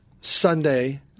Sunday